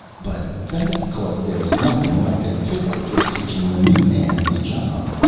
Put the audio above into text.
but that's because there's nothing like a tickler for teaching a new man his job.